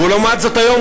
ולעומת זאת היום,